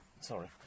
Sorry